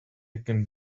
can